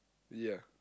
yeah